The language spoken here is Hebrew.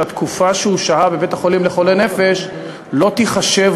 שהתקופה שהוא שהה בבית-החולים לחולי נפש לא תיחשב